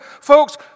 Folks